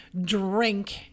drink